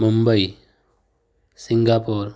Mumbai Singapore